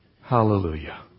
hallelujah